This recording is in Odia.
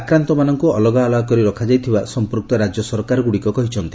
ଆକ୍ରାନ୍ତମାନଙ୍କୁ ଅଲଗାଅଲଗା କରି ରଖାଯାଇଥିବା ସଂପୃକ୍ତ ରାଜ୍ୟସରକାରଗୁଡ଼ିକ କହିଛନ୍ତି